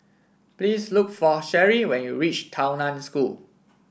please look for Sherri when you reach Tao Nan School